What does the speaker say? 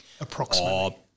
approximately